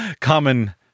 common